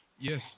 Yes